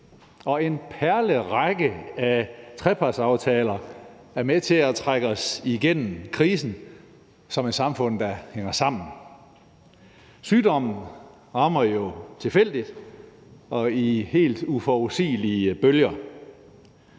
og en perlerække af trepartsaftaler er med til at trække os igennem krisen som et samfund, der hænger sammen. Sygdommen rammer jo tilfældigt og i helt uforudsigelige bølger,